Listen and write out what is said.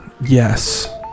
yes